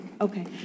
Okay